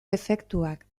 efektuak